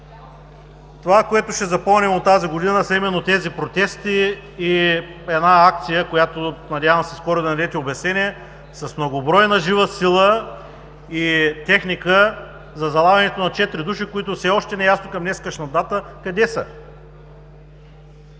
Това, което ще запомним от тази година, са именно тези протести и една акция, за която надявам се скоро да дадете обяснение, с многобройна жива сила и техника за залавянето на четирима души, които все още не е ясно към днешна дата къде са.